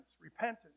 repentance